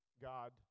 God